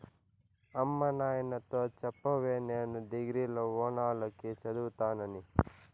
అమ్మ నాయనతో చెప్పవే నేను డిగ్రీల ఓనాల కి చదువుతానని